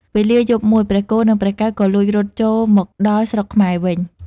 វេលាយប់មួយ ព្រះគោនិងព្រះកែវក៏លួចរត់ចូលមកដល់ស្រុកខ្មែរវិញ។